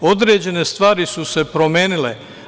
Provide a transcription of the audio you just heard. Određene stvari su se promenile.